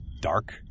dark